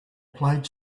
plaid